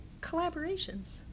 collaborations